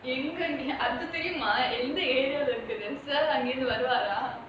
எங்க அது தெரியுமா எந்த:enga athu teriyuma area யால இருக்குது:yaala irukuthu sir அங்க இருந்து வருவாரா:anga irunthu varuvaara